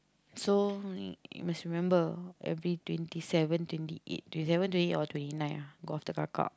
so you must remember every twenty seven twenty eight twenty seven twenty eight or twenty nine lah go after kakak